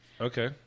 Okay